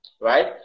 right